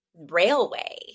railway